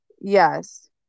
yes